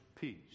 peace